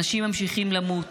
אנשים ממשיכים למות,